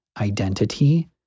identity